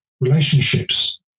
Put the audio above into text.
relationships